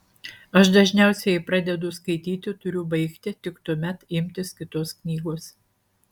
aš dažniausiai jei pradedu skaityti turiu baigti tik tuomet imtis kitos knygos